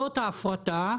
זאת ההפרטה,